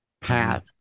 path